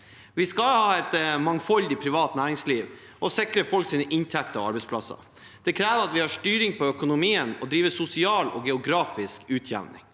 Vi skal ha et mangfoldig privat næringsliv og sikre folks inntekter og arbeidsplasser. Det krever at vi har styring på økonomien og driver sosial og geografisk utjevning.